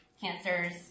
cancers